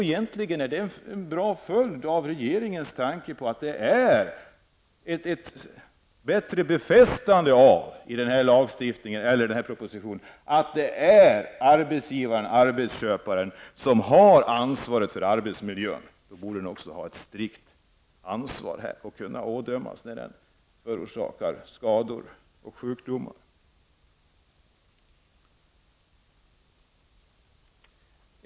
En naturlig följd av regeringens förslag i proposition 1990/91:140 angående ett bättre befästande av arbetsgivarens eller arbetsköparens strikta ansvar för arbetsmiljön borde också vara att arbetsgivaren eller arbetsköparen kan dömas vid skador och sjukdomar.